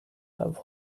have